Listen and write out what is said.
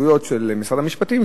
בגלל הסתייגויות של משרד המשפטים,